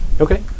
Okay